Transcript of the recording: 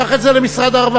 קח את זה למשרד הרווחה.